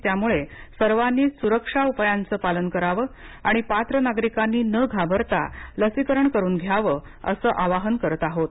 त्यामुळे सर्वांनीच स्रक्षा उपायांचं पालन करावं आणि पात्र नागरिकांनी न घाबरता लसीकरण करून घ्यावं असं आवाहन करत आहोत